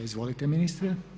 Izvolite ministre.